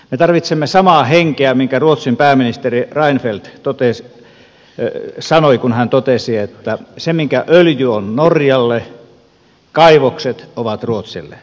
me tarvitsemme samaa henkeä minkä ruotsin pääministeri reinfeldt sanoi kun hän totesi että se mitä öljy on norjalle kaivokset ovat ruotsille